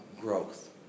Growth